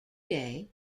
day